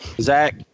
Zach